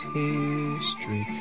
history